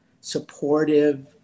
supportive